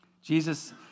Jesus